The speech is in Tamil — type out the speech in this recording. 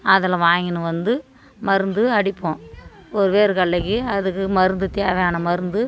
அதில் வாங்கின்னு வந்து மருந்து அடிப்போம் ஒரு வேருகடலைக்கு அதுக்கு மருந்து தேவையான மருந்து